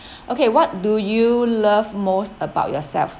okay what do you love most about yourself